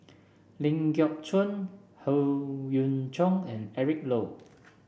Ling Geok Choon Howe Yoon Chong and Eric Low